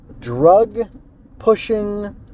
drug-pushing